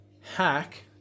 hack